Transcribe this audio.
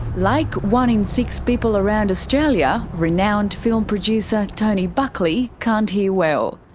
like one in six people around australia, renowned film producer tony buckley can't hear well.